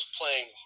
playing